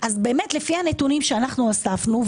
לפי הנתונים שאספנו,